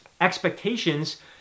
expectations